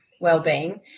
well-being